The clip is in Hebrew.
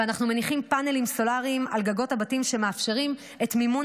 ואנחנו מניחים פאנלים סולאריים על גגות הבתים שמאפשרים את מימון